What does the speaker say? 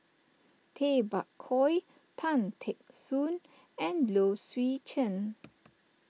Tay Bak Koi Tan Teck Soon and Low Swee Chen